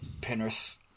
Penrith